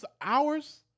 hours